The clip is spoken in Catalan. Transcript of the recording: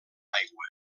aigua